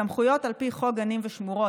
סמכויות על פי חוק גנים ושמורות,